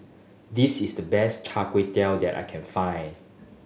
this is the best Char Kway Teow that I can find